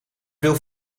veel